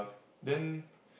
then